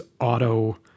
auto